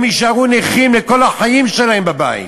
הם יישארו נכים לכל החיים שלהם בבית.